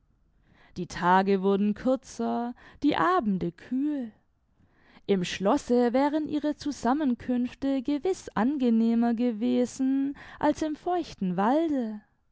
die tage wurden kürzer die abende kühl im schlosse wären ihre zusammenkünfte gewiß angenehmer gewesen als im feuchten walde